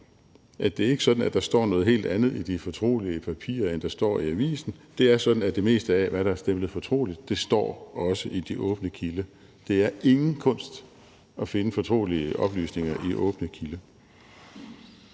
at det ikke er sådan, at der står noget helt andet i de fortrolige papirer, end der står i avisen. Det er sådan, at det meste af, hvad der er stemplet fortroligt, også står i de åbne kilder. Det er ingen kunst at finde fortrolige oplysninger i åbne kilder.